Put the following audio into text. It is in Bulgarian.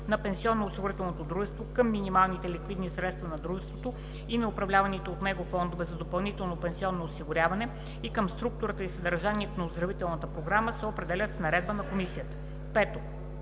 на пенсионноосигурителното дружество към минималните ликвидни средства на дружеството и на управляваните от него фондове за допълнително пенсионно осигуряване и към структурата и съдържанието на оздравителната програма се определят с наредба на комисията.” 5.